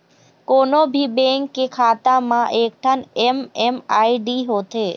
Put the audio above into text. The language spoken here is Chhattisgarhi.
कोनो भी बेंक के खाता म एकठन एम.एम.आई.डी होथे